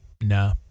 No